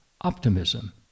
optimism